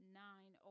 nine